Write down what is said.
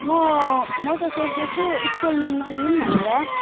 म म चाहिँ सोच्दैछु इस्टलमेन्टमा लिऊँ भनेर